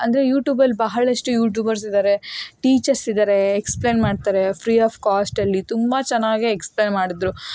ಅಂದರೆ ಯೂ ಟ್ಯೂಬಲ್ಲಿ ಬಹಳಷ್ಟು ಯೂ ಟ್ಯೂಬರ್ಸ್ ಇದ್ದಾರೆ ಟೀಚರ್ಸ್ ಇದ್ದಾರೆ ಎಕ್ಸ್ಪ್ಲೇನ್ ಮಾಡ್ತಾರೆ ಫ್ರೀ ಆಫ್ ಕಾಸ್ಟಲ್ಲಿ ತುಂಬ ಚೆನ್ನಾಗೆ ಎಕ್ಸ್ಪ್ಲೇನ್ ಮಾಡಿದರು